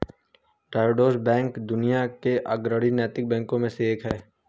Triodos bank दुनिया के अग्रणी नैतिक बैंकों में से एक है